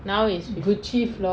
now is